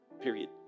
Period